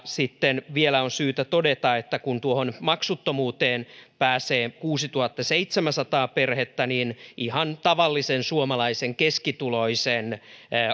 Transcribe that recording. sitten vielä on syytä todeta että kun tuohon maksuttomuuteen pääsee kuusituhattaseitsemänsataa perhettä niin ihan tavallisen suomalaisen keskituloisen